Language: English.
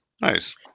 Nice